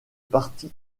parti